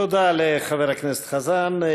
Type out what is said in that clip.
תודה לחבר הכנסת חזן.